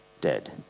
dead